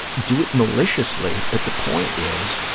do it maliciously, but the point is,